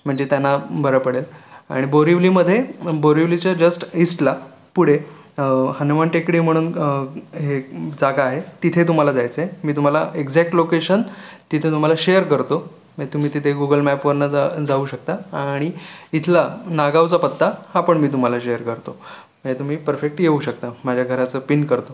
म्हणजे त्यांना बरं पडेल आणि बोरिवलीमध्ये बोरिवलीच्या जस्ट ईस्टला पुढे हनुमान टेकडी म्हणून हे जागा आहे तिथे तुम्हाला जायचं आहे मी तुम्हाला एकजॅक्ट लोकेशन तिथे तुम्हाला शेअर करतो मग तुम्ही तिथे गुगल मॅपवरनं जा जाऊ शकता आणि इथला नागांवचा पत्ता हा पण मी तुम्हाला शेअर करतो महे तुम्ही परफेक्ट येऊ शकता माझ्या घराचं पिन करतो